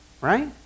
Right